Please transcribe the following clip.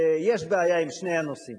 ויש בעיה עם שני הנושאים,